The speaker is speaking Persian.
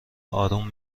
آروم